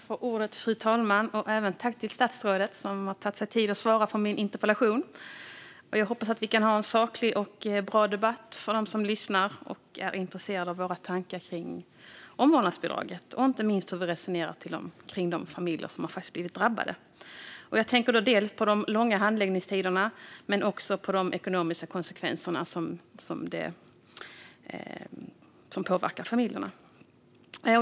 Fru talman! Tack till statsrådet som har tagit sig tid att svara på min interpellation! Jag hoppas att vi kan ha en saklig och bra debatt för dem som lyssnar och är intresserade av våra tankar kring omvårdnadsbidraget och inte minst hur vi resonerar kring de familjer som faktiskt har blivit drabbade. Jag tänker då dels på de långa handläggningstiderna, dels på de ekonomiska konsekvenserna för familjerna.